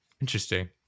Interesting